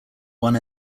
one